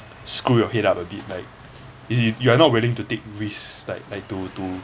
screw your head up a bit like if you're not willing to take risks like like to to